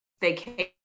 vacation